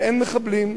ואין מחבלים,